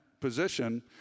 position